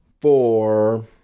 Four